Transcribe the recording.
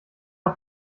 auf